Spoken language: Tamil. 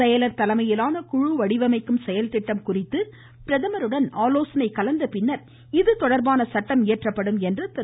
செயலர் தலைமையிலான குழு வடிவமைக்கும் செயல்திட்டம் குறித்து பிரதமருடன் ஆலோசனை மேற்கொண்டபின்னர் இதுதொடர்பான சட்டம் இயற்றப்படும் என்று திரு